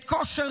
את כושר